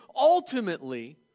ultimately